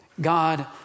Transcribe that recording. God